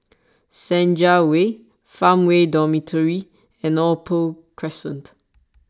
Senja Way Farmway Dormitory and Opal Crescent